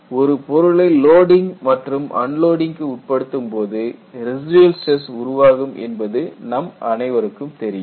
ஒரு பொருளை லோடிங் மற்றும் அன்லோடிங் க்கு உட்படுத்தும்போது ரெசிடியல் ஸ்டிரஸ் உருவாகும் என்பது நம் அனைவருக்கும் தெரியும்